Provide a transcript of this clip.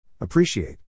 Appreciate